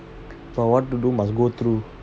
but what to do must go through